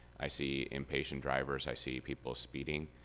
i see impatient drivers. i see people speeding.